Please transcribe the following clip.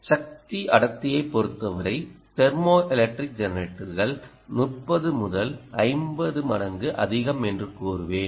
சக்தி அடர்த்தியைப் பொறுத்த வரைதெர்மோஎலக்ட்ரிக் ஜெனரேட்டர்கள் 30 முதல் 50 மடங்கு அதிகம் என்று கூறுவேன்